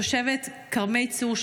תושבת כרמי צור,